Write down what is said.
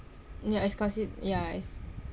yah it's consi~ yah